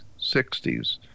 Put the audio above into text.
60s